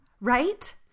Right